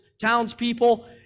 townspeople